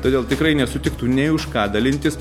todėl tikrai nesutiktų nė už ką dalintis